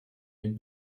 den